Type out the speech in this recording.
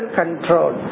control